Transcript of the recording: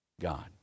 God